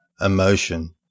emotion